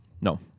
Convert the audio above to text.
No